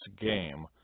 game